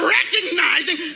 recognizing